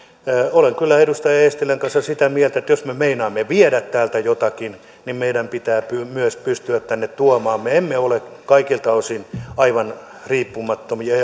olen kyllä edustaja eestilän kanssa sitä mieltä jos me meinaamme viedä täältä jotakin niin meidän pitää myös pystyä tänne tuomaan me emme ole kaikilta osin aivan riippumattomia